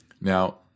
Now